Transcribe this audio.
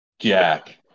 Jack